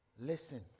listen